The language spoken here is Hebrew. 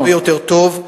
הרבה יותר טוב,